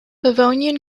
livonian